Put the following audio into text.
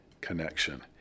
connection